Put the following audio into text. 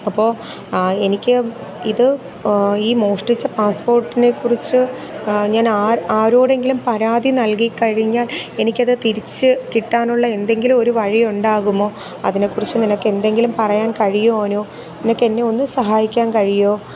അപ്പോൾ എനിക്ക് ഇത് ഈ മോഷ്ടിച്ച പാസ്പോർട്ടിനെക്കുറിച്ച് ഞാനാ ഞാൻ ആരോടെങ്കിലും പരാതി നല്കിക്കഴിഞ്ഞാൽ എനിക്കത് തിരിച്ച് കിട്ടാനുള്ള എന്തെങ്കിലും ഒരു വഴി ഉണ്ടാകുമോ അതിനെക്കുറിച്ച് നിനക്കെന്തെങ്കിലും പറയാൻ കഴിയുവോ അനു നിനക്ക് എന്നെ ഒന്ന് സഹായിക്കാൻ കഴിയുമോ